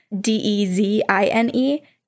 D-E-Z-I-N-E